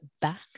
back